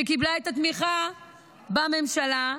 שקיבלה את התמיכה בממשלה,